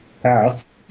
pass